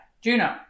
Juno